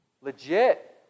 Legit